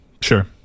Sure